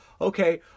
Okay